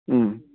ꯎꯝ